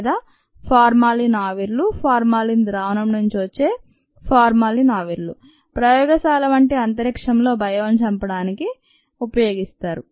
లేదా ఫార్మాలిన్ ఆవిర్లు ఫార్మాలిన్ ద్రావణం నుంచి వచ్చే ఫార్మాలిన్ ఆవిర్లు ప్రయోగశాల వంటి అంతరిక్షంలో బయోలను చంపడానికి ఉపయోగిస్తారు